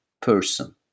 person